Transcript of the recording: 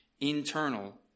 internal